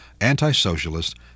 anti-socialist